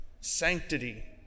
sanctity